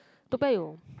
Toa-Payoh